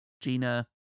Gina